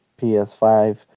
PS5